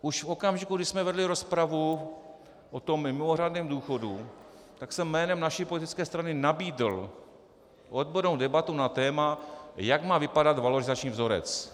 Už v okamžiku, kdy jsme vedli rozpravu o tom mimořádném důchodu, tak jsem jménem naší politické strany nabídl odbornou debatu na téma, jak má vypadat valorizační vzorec.